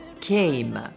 came